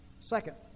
Second